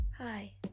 Hi